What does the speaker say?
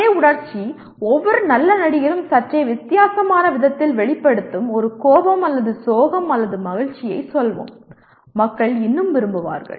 அதே உணர்ச்சி ஒவ்வொரு நல்ல நடிகரும் சற்றே வித்தியாசமான விதத்தில் வெளிப்படுத்தும் ஒரு கோபம் அல்லது சோகம் அல்லது மகிழ்ச்சியைச் சொல்வோம் மக்கள் இன்னும் விரும்புவார்கள்